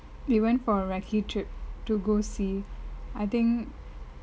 they went for a recce trip to go see I think